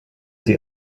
sie